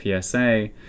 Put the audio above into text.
PSA